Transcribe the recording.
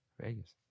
Vegas